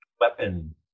weapon